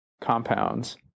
compounds